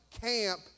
camp